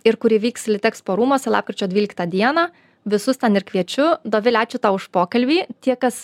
ir kuri vyks litexpo rūmuose lapkričio dvyliktą dieną visus ten ir kviečiu dovile ačiū tau už pokalbį tie kas